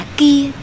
kia